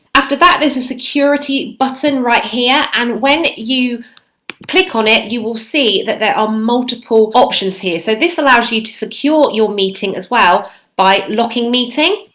after that there's a security button right here and when you click on it you will see that there are multiple options here so this allows you to secure your meeting as well by locking meeting,